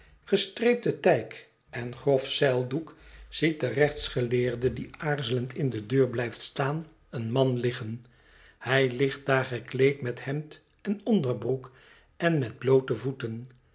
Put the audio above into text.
gestreepte tijk en grof zeildoek ziet de rechtsgeleerde die aarzelend in de deur blijft staan een man liggen hij ligt daar gekleed met hemd en onderbroek en met bloote voeten